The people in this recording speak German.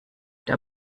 der